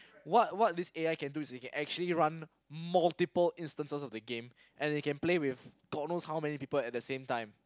what what this A_I can do is it can actually run multiple instances of the game and it can play with don't know how many people at the same time